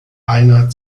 einer